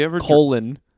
Colon